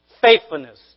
faithfulness